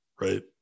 right